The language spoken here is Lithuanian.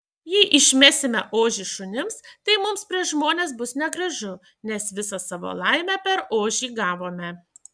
jei išmesime ožį šunims tai mums prieš žmones bus negražu nes visą savo laimę per ožį gavome